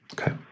Okay